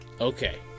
Okay